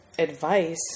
advice